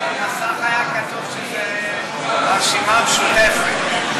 במסך היה כתוב שזה הרשימה המשותפת.